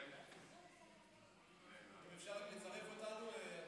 אם אפשר רק לצרף אותנו.